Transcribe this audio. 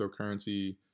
cryptocurrency